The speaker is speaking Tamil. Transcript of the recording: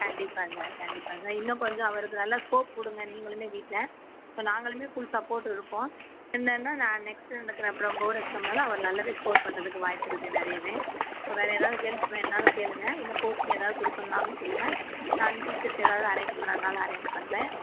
கண்டிப்பாக சார் கண்டிப்பாக சார் இன்னும் கொஞ்சம் அவருக்கு நல்லா ஸ்கோப் கொடுங்க நீங்களுமே வீட்டில் ஸோ நாங்களுமே ஃபுல் சப்போர்ட் இருப்போம் என்னென்னா நான் நெக்ஸ்ட் அந்த போர்ட்டு எக்ஸாம்னால அவர் நல்லாவே ஸ்கோர் பண்ணுறதுக்கு வாய்ப்புருக்கு நிறையவே இப்போ வேறு எதாவது ஹெல்ப் வேண்னாலும் கேளுங்க இல்லை கோச்சிங் எதாவது கொடுக்கண்னாலும் சொல்லுங்கள் நான் டீச்சர்ஸ் எதாவது அரேஞ்ச் பண்ணுனாலும் அரேஞ்ச் பண்ணுறேன்